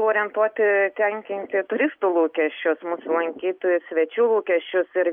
orientuoti tenkinti turistų lūkesčius mūsų lankytojų svečių lūkesčius ir